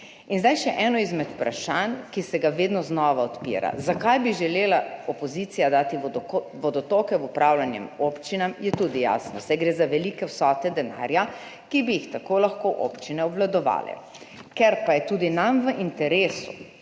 In zdaj še eno izmed vprašanj, ki se ga vedno znova odpira. Zakaj bi želela opozicija dati vodotoke v upravljanje občinam, je tudi jasno, saj gre za velike vsote denarja, ki bi jih tako lahko občine obvladovale. Ker pa je tudi nam v interesu,